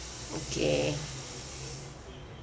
okay